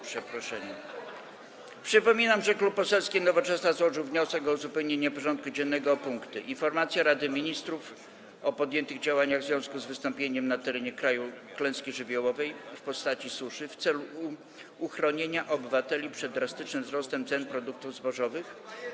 Przypominam, że Klub Poselski Nowoczesna złożył wnioski o uzupełnienie porządku dziennego o punkty: - Informacja Rady Ministrów o podjętych działaniach w związku z wystąpieniem na terenie kraju klęski żywiołowej, w postaci suszy, w celu uchronienia obywateli przed drastycznym wzrostem cen produktów zbożowych,